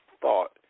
thought